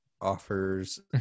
offers